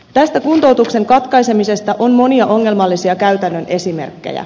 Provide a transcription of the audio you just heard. tästä kuntoutuksen katkaisemisesta on monia ongelmallisia käytännön esimerkkejä